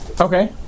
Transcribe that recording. Okay